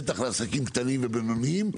בטח לעסקים קטנים ובינוניים,